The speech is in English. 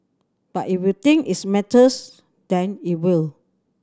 but if you think its matters then it will